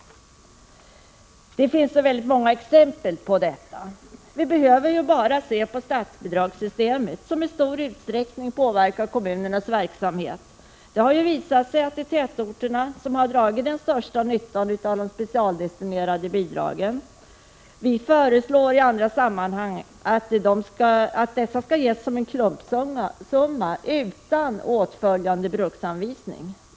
Det finns många exempel på detta. Vi behöver bara se på statsbidragssystemet, som i stor utsträckning påverkar kommunernas verksamhet. Det har visat sig att det är tätorterna som har den största nyttan av de specialdestinerade bidragen. Vi föreslår i andra sammanhang att dessa skall ges som en klumpsumma utan åtföljande bruksanvisning.